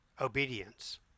obedience